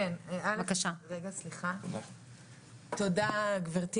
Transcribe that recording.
יעל רון בן משה (כחול לבן): תודה גבירתי